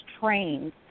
trained